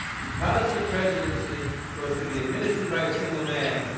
because the presidency was to be administered by a single man,